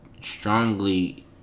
strongly